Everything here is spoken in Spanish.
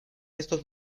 estos